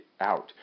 out